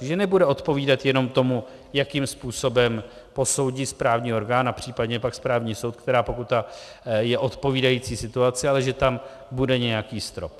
Že nebude odpovídat jenom tomu, jakým způsobem posoudí správní orgán a případně pak správní soud, která pokut je odpovídající situaci, ale že tam bude nějaký strop.